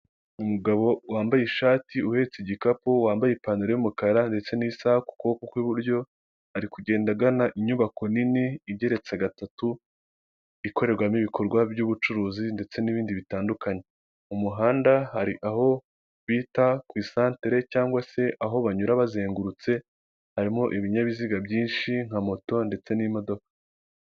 Umugabo wambaye ishati uhetse igikapu wambaye ipantaro y'umukara, ndetse n'isaha kukuboko kw'iburyo ari kugenda agana inyubako nini igeretse gatatu ikorerwamo ibikorwa by'ubucuruzi, ndetse n'ibindi bitandukanye mu muhanda hari aho bita kusatere cyangwa se aho banyura bazengurutse harimo ibinyabiziga byinshi nka moto, ndetse n'imodoka.